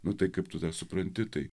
nu tai kaip tada supranti tai